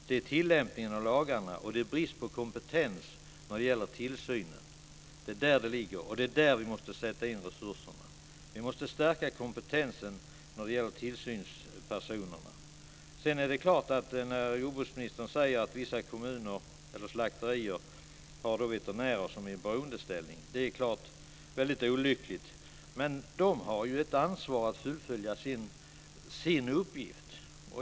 Det är i tillämpningen av lagarna och bristen på kompetens när det gäller tillsynen det ligger. Det är där vi måste sätta in resurserna. Vi måste stärka kompetensen hos tillsynspersonerna. När jordbruksministern säger att vissa slakterier har veterinärer som är i beroendeställning är det klart att det är mycket olyckligt. Men de har ett ansvar att fullfölja sin uppgift.